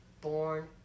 Born